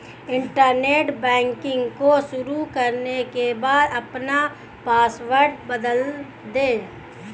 internet banking को शुरू करने के बाद अपना पॉसवर्ड बदल दे